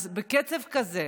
אז בקצב כזה,